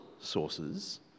sources